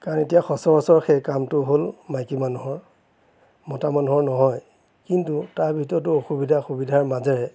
কাৰণ এতিয়া সচৰাচৰ সেই কামটো হ'ল মাইকী মানুহৰ মতা মানুহৰ নহয় কিন্তু তাৰ ভিতৰতো অসুবিধা সুবিধাৰ মাজেৰে